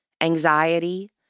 anxiety